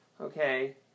Okay